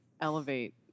elevate